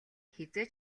хэзээ